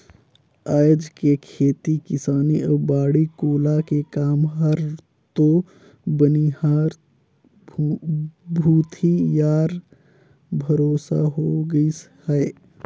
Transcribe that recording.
आयज के खेती किसानी अउ बाड़ी कोला के काम हर तो बनिहार भूथी यार भरोसा हो गईस है